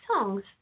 songs